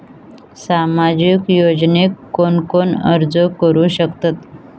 सामाजिक योजनेक कोण कोण अर्ज करू शकतत?